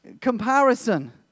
Comparison